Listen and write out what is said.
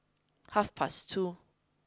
half past two